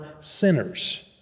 sinners